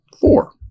Four